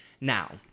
Now